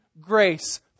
Grace